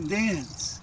dance